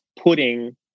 putting